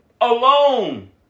alone